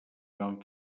van